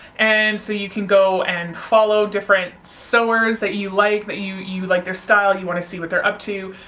and so you can go and follow different sewers that you like, that you you like their style, you want to see what their to.